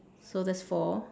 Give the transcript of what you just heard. so that's four